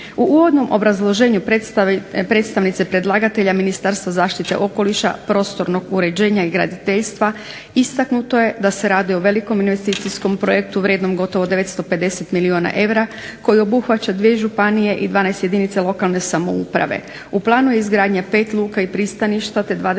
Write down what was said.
U uvodnom obrazloženju predstavnice predlagatelja Ministarstvo zaštite okoliša, prostornog uređenja i graditeljstva istaknuto je da se radi o velikom investicijskom projektu vrijednom gotovo 950 milijuna eura koji obuhvaća 2 županije i 12 jedinica lokalne samouprave. U planu je izgradnja pet luka i pristaništa, te dvadeset